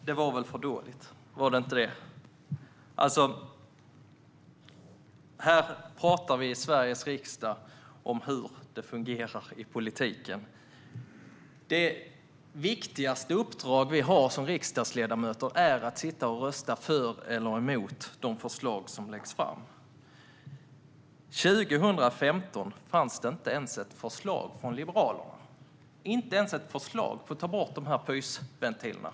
Herr talman! Det där var väl för dåligt! Var det inte det? Här pratar vi i Sveriges riksdag om hur det fungerar i politiken. Det viktigaste uppdrag vi har som riksdagsledamöter är att sitta och rösta för eller emot de förslag som läggs fram. År 2015 fanns det inte ens ett förslag från Liberalerna för att få bort pysventilerna.